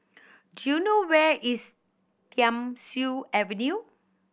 do you know where is Thiam Siew Avenue